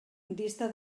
dista